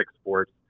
sports